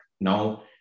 now